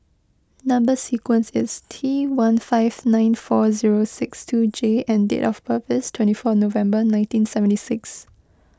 Number Sequence is T one five nine four zero six two J and date of birth is twenty four November nineteen seventy six